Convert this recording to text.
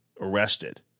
arrested